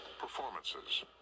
performances